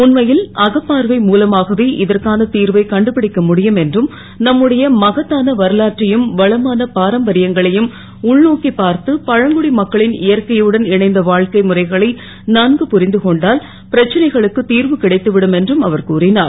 உண்மை ல் அகப்பார்வை மூலமாகவே இதற்கான திர்வை கண்டுபிடிக்க முடியும் என்றும் நம்முடைய மகத்தான வரலாற்றையும் வளமான பாரம்பரியங்களையும் உள்நோக்கிப் பார்த்து பழங்குடி மக்களின் இயற்கையுடன் இணைந்த வா க்கை முறைகளை நன்கு புரிந்து கொண்டால் பிரச்னைக்குத் திர்வு கிடைத்து விடும் என்றும் அவர் கூறினார்